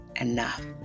enough